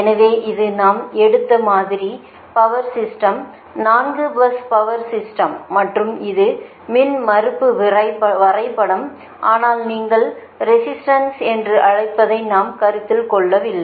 எனவே இது நாம் எடுத்த மாதிரி power system 4 bus power system மற்றும் இது மின்மறுப்பு வரைபடம் ஆனால் நீங்கள் ரெசிஸ்டன்ஸ் என்று அழைப்பதை நாம் கருத்தில் கொள்ளவில்லை